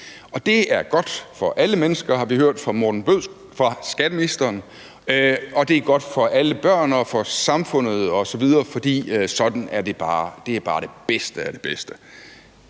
Det er godt for alle mennesker, har vi hørt fra skatteministeren, og det er godt for alle børn og samfundet osv., fordi sådan er det bare; det er bare det bedste